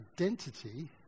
identity